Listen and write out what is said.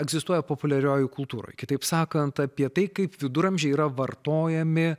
egzistuoja populiariojoj kultūroj kitaip sakant apie tai kaip viduramžiai yra vartojami